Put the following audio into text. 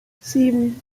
sieben